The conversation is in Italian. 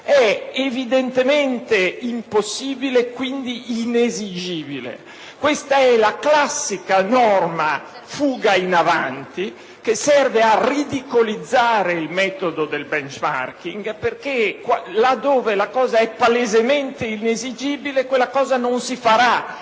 è evidentemente impossibile, quindi inesigibile. Si tratta della classica norma "fuga in avanti", che serve a ridicolizzare il metodo del *benchmarking* perché, laddove la cosa è palesemente inesigibile, quella cosa non si farà